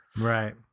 right